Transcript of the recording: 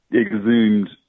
exhumed